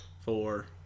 four